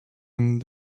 and